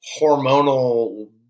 hormonal